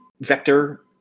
vector